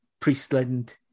Priestland